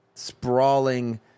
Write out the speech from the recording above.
sprawling